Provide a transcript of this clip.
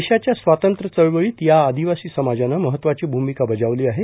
देशाच्या स्वातंत्र्य चळवळीत या आदिवासी समाजानं महत्त्वाची भूमिका बजावली आहे